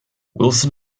wilson